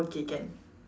okay can